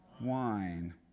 wine